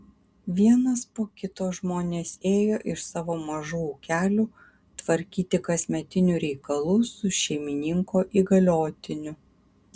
vienas po kito žmonės ėjo iš savo mažų ūkelių tvarkyti kasmetinių reikalų su šeimininko įgaliotiniu